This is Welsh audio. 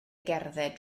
gerdded